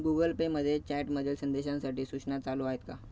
Google पेमध्ये चॅटमधील संदेशांसाठी सूचना चालू आहेत का